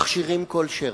מכשירים כל שרץ.